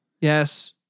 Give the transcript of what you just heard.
Yes